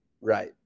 Right